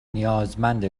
نیازمند